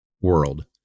world